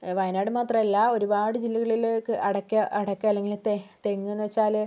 വയനാട് മാത്രല്ല ഒരുപാട് ജില്ലകളില് അടയ്ക്ക അടയ്ക്ക അല്ലെങ്കില് തെ തെങ്ങ്ന്ന് വച്ചാല്